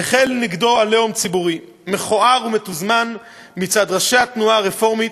החל נגדו "עליהום" ציבורי מכוער ומתוזמן מצד ראשי התנועה הרפורמית,